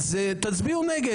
תצביעו נגד.